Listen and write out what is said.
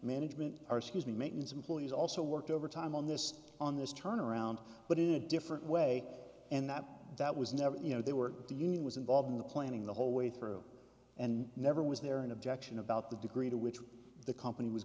management are scuse me making its employees also worked overtime on this on this turnaround but in a different way and that that was never you know they were the union was involved in the planning the whole way through and never was there an objection about the degree to which the company was